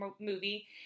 movie